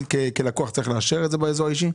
אני כלקוח צריך לאשר את זה באזור האישי?